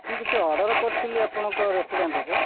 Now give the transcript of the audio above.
ମୁଁ କିଛି ଅର୍ଡ଼ର୍ କରିଥିଲି ଆପଣଙ୍କ ରେଷ୍ଟୁରାଣ୍ଟରେ